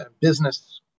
Business